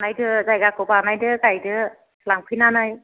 नायदो जायगाखौ बानायदो गायदो लांफैनानै